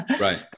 Right